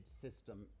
system